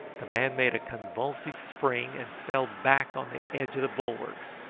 the man made a convulsive spring, and fell back on the edge of the bulwarks,